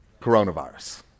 coronavirus